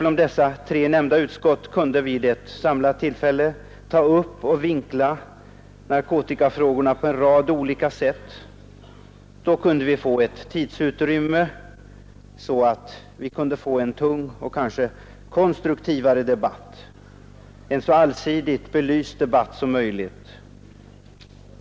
Om de tre nämnda utskotten vid ett samlat tillfälle kunde ta upp och vinkla narkotikafrågorna på en rad olika sätt, då kunde vi kanske få ett tidsutrymme för en tung och mera konstruktiv debatt, en så allsidigt belysande debatt som möjligt.